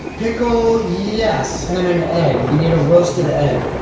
pickle, yes and then an egg, we need a roasted egg.